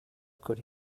could